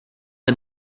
and